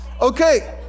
Okay